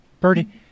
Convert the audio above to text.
Birdie